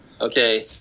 Okay